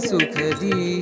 Sukadi